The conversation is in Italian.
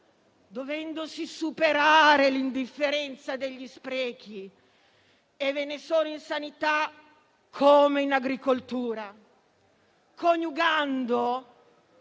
dovendosi superare l'indifferenza degli sprechi - e ve ne sono in sanità come in agricoltura - coniugando